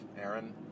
Aaron